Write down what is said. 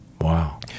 Wow